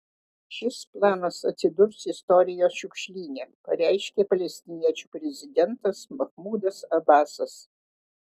šis planas atsidurs istorijos šiukšlyne pareiškė palestiniečių prezidentas mahmudas abasas